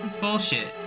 Bullshit